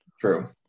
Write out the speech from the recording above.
True